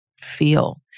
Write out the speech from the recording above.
feel